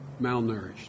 malnourished